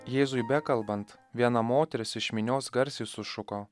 jėzui bekalbant viena moteris iš minios garsiai sušuko